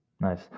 Nice